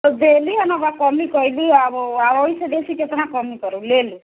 देली है ने कमी आब एहिसे बेसी कितना कमी करब लेय लू